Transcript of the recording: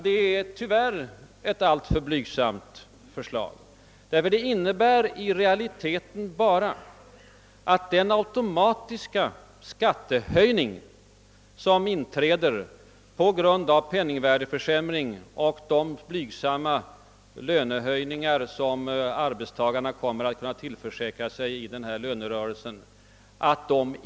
Det är tyvärr ett alltför blygsamt förslag. Det innebär i realiteten i stort sett bara, att den automatiska skattehöjning som inträder på grund av de blygsamma löneförhöjningar som arbetstagarna kommer att kunna tillförsäkra sig i lönerörelsen neutraliseras.